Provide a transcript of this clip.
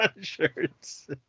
shirts